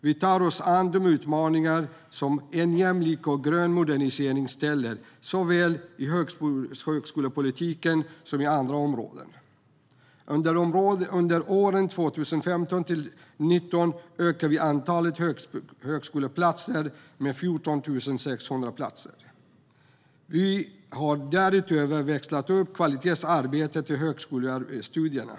Vi tar oss an de utmaningar som en jämlik och grön modernisering innebär, såväl i högskolepolitiken som på andra områden. Under åren 2015-2019 ökar vi antalet högskoleplatser med 14 600. Vi har därutöver växlat upp kvalitetsarbetet i högskolestudierna.